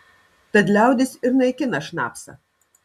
tad liaudis ir naikina šnapsą